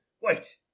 Wait